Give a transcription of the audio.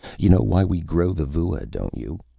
you know why we grow the vua, don't you?